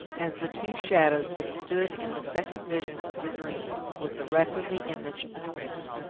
as the two shadows had stood in the second vision of the dream, with the wreck of the image between them.